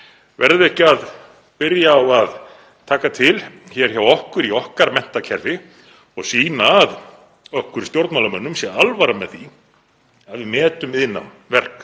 Verðum við ekki að byrja á að taka til hér hjá okkur í okkar menntakerfi og sýna að okkur stjórnmálamönnum sé alvara með því að við metum iðnnám, verk-